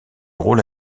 rôle